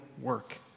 work